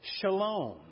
Shalom